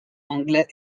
anglais